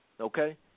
Okay